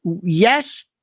yes